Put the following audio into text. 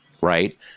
right